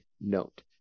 note